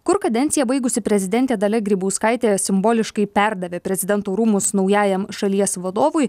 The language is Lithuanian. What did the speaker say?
kur kadenciją baigusi prezidentė dalia grybauskaitė simboliškai perdavė prezidento rūmus naujajam šalies vadovui